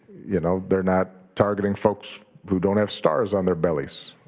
you know they're not targeting folks who don't have stars on their bellies?